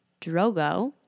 Drogo